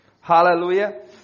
Hallelujah